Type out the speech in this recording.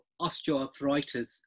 osteoarthritis